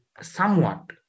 Somewhat